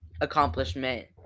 accomplishment